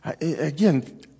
Again